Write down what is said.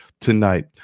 tonight